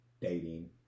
dating